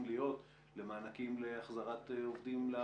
להיות למענקים להחזרת עובדים לעבודה.